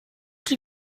die